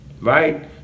right